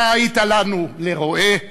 אתה היית לנו לרועה,